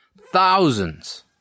Thousands